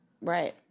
Right